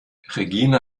regina